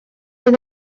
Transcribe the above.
oedd